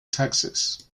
texas